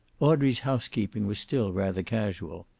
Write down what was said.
audrey's housekeeping was still rather casual.